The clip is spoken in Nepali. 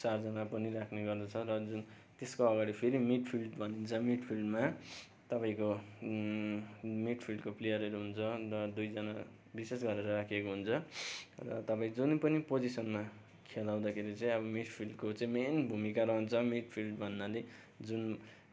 चारजना पनि राख्ने गर्दछ र जुन त्यसको अगाडि फेरि मिडफिल्ड भनिन्छ मिडफिल्डमा तपाईँको मिडफिल्डको प्लेयरहरू हुन्छ र दुईजना विशेष गरेर राखिएको हुन्छ र तपाईँ जुन पनि पोजिसनमा खेलाउँदाखेरि चाहिँ अब मिडफिल्डको चाहिँ मेन भूमिका रहन्छ मिडफिल्ड भन्नाले जुन